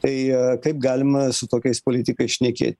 tai kaip galima su tokiais politikais šnekėt